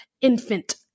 infant